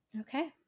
Okay